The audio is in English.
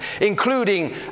including